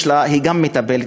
גם היא מטפלת,